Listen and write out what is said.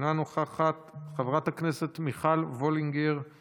אינה נוכחת, חברת הכנסת מיכל וולדיגר,